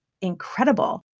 incredible